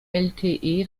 lte